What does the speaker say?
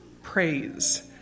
praise